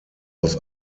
aus